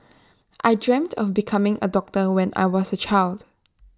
I dreamt of becoming A doctor when I was A child